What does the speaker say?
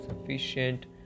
sufficient